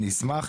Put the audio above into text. אני אשמח.